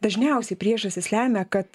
dažniausiai priežastys lemia kad